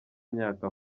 imyaka